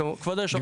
כבוד היושב-ראש,